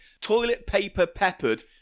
toilet-paper-peppered